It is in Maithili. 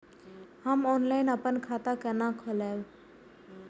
हम ऑनलाइन अपन खाता केना खोलाब?